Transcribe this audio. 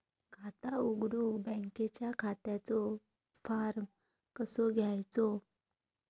खाता उघडुक बँकेच्या खात्याचो फार्म कसो घ्यायचो?